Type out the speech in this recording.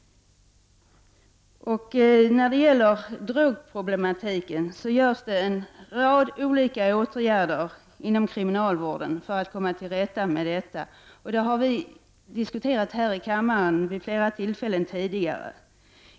När det gäller drogproblematiken vidtas en rad olika åtgärder inom kriminalvården för att komma till rätta med dessa problem. Det har vi diskuterat här i riksdagen vid flera tillfällen tidigare.